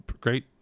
great